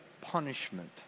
punishment